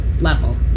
level